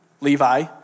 Levi